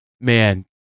man